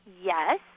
yes